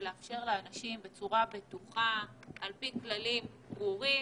ולאפשר לאנשים בצורה בטוחה ולפי כללים ברורים